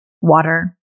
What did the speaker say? water